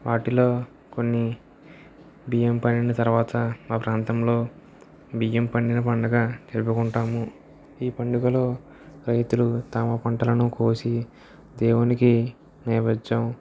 వాటిలో కొన్ని బియ్యం పండిన తరవాత మా ప్రాంతంలో బియ్యం పండిన పండుగ జరుపుకుంటాము ఈ పండుగలో రైతులు తమ పంటలను కోసి దేవునికి నైవేద్యం